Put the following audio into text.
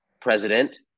president